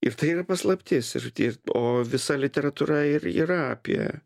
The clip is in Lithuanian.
ir tai yra paslaptis ir ir o visa literatūra ir yra apie